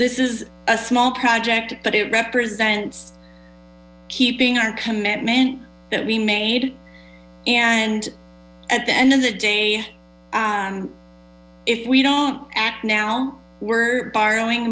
this is a small project but it represents keeping our commitment that we made and at the end of the day if we don't act now we're borrowing